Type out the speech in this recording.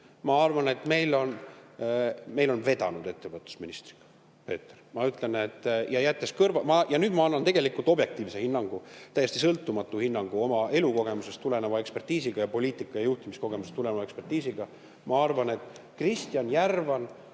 Ma arvan, et meil on vedanud ettevõtlusministriga. Ja nüüd ma annan tegelikult objektiivse hinnangu, täiesti sõltumatu hinnangu oma elukogemusest tuleneva ekspertiisiga, poliitika- ja juhtimiskogemusest tuleneva ekspertiisiga. Ma arvan, et Kristjan Järvan